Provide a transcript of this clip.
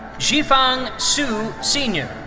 zhifeng su sr.